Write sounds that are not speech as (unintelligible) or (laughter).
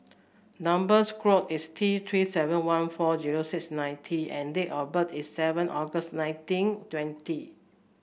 number (unintelligible) is T Three seven one four zero six nine T and date of birth is seven August nineteen twenty